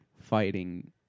fighting